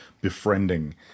befriending